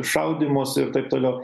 šaudymosi ir taip toliau